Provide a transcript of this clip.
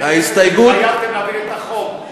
חייבים לקבל את החוק,